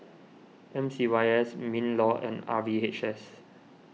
M C Y S MinLaw and R V H S